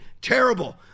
terrible